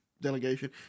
delegation